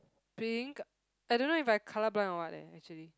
pink I don't know if I colour blind or what leh actually